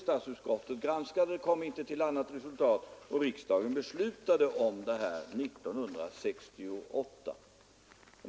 Statsutskottet, som behandlade ärendet, kom sedan inte heller till något annat resultat, och riksdagen beslöt om nedläggningen 1968.